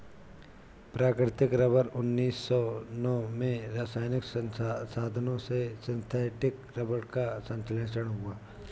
प्राकृतिक रबर उन्नीस सौ नौ में रासायनिक साधनों से सिंथेटिक रबर का संश्लेषण हुआ